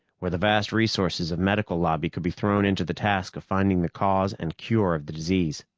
where the vast resources of medical lobby could be thrown into the task of finding the cause and cure of the disease.